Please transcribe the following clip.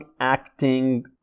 acting